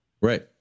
right